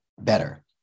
better